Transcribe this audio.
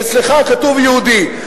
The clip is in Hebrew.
אצלך כתוב "יהודי".